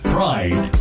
Pride